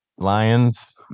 Lions